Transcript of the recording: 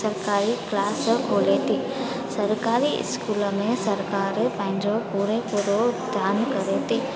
सरकारी क्लास खोले थी सरकारी स्कूल में सरकारु पंहिंजो पूरे पूरो ध्यानु करे थी